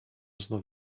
znów